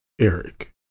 Eric